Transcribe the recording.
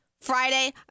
Friday